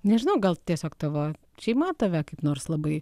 nežinau gal tiesiog tavo šeima tave kaip nors labai